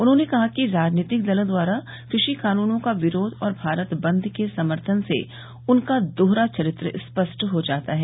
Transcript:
उन्होंने कहा कि राजनीतिक दलों द्वारा कृषि कानूनों का विरोध और भारत बंद के समर्थन से उनका दोहरा चरित्र स्पष्ट हो जाता है